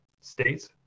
states